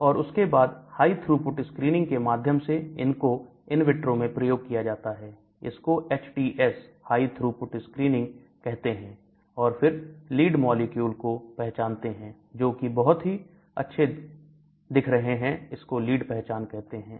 और उसके बाद high throughput स्क्रीनिंग के माध्यम से इनको इन विट्रो में प्रयोग किया जाता है इसको HTS High Throughput Screening कहते हैं और फिर लीड मॉलिक्यूल को पहचानते हैं जोकि बहुत ही अच्छे दिख रहे हैं इसको लीड पहचान जाता है